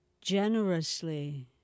generously